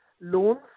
loans